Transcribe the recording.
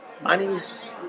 money's